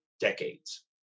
decades